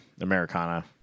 Americana